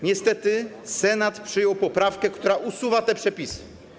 Niestety Senat przyjął poprawkę, która usuwa te przepisy.